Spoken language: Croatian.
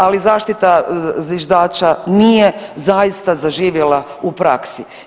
Ali zaštita zviždača nije zaista zaživjela u praksi.